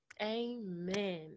amen